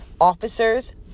officers